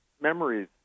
Memories